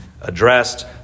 addressed